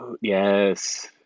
Yes